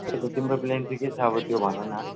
त्यही त तिम्रो प्लान चाहिँ के छ अब त्यो भन न